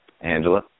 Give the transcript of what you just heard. Angela